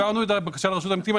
העברנו את הבקשה לרשות המסים,